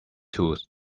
tooth